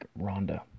Rhonda